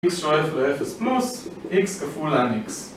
X שואף לאפס פלוס X כפול lan X